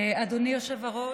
אדוני היושב-ראש,